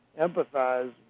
empathize